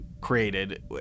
created